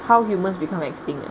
how humans become extinct ah